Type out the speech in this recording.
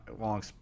long